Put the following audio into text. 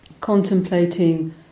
Contemplating